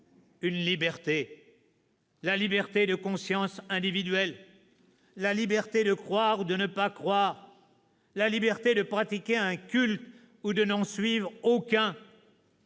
une liberté : la liberté de conscience individuelle, la liberté de croire ou de ne pas croire, la liberté de pratiquer un culte ou de n'en suivre aucun.